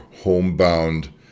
homebound